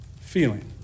feeling